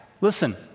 Listen